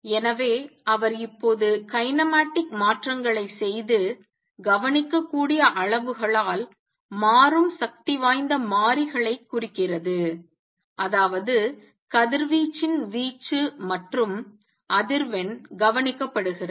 எனவே அவர் இப்போது கைனமாட்டிக் மாற்றங்களைச் செய்து கவனிக்கக்கூடிய அளவுகளால் மாறும் சக்திவாய்ந்த மாறிகளைக் குறிக்கிறது அதாவது கதிர்வீச்சின் வீச்சு மற்றும் அதிர்வெண் கவனிக்கப்படுகிறது